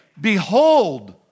behold